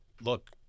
look